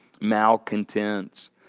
malcontents